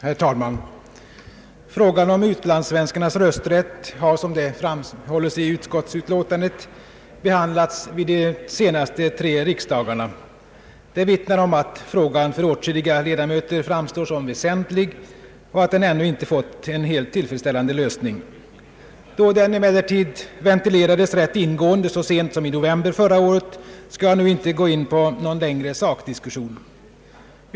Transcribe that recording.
Herr talman! Frågan om utlandssvenskarnas rösträtt har, som framhålles i utskottsutlåtandet, behandlats vid de tre senaste riksdagarna. Det vittnar om att frågan för åtskilliga ledamöter framstår som väsentlig och att den ännu inte fått en helt tillfredsställande lösning. Då den emellertid ventilerades ganska ingående så sent som i november månad förra året skall jag inte nu gå in på någon längre sakdiskussion.